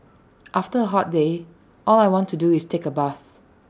after A hot day all I want to do is take A bath